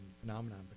phenomenon